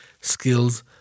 skills